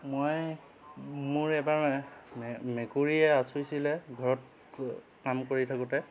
মই মোৰ এবাৰ মে মেকুৰীয়ে আঁচুৰিছিলে ঘৰত কাম কৰি থাকোঁতে